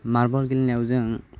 मारबल गेलेनायाव जों